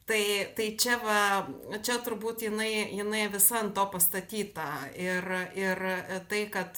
tai tai čia va čia turbūt jinai jinai visa ant to pastatyta ir ir tai kad